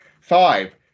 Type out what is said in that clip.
five